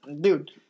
dude